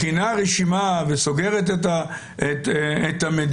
מכינה רשימה וסוגרת את המדינה,